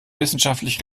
wissenschaftlich